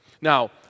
Now